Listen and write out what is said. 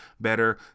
better